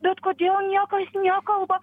bet kodėl niekas nekalba